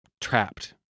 trapped